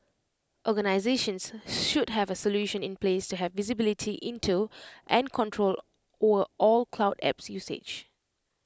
organisations should have A solution in place to have visibility into and control or all cloud apps usage